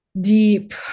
deep